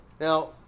Now